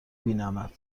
بینمت